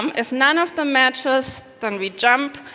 um if none of them matches, then we jump,